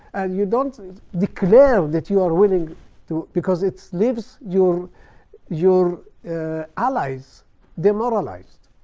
you don't declare that you are willing to because it leaves your your allies demoralized.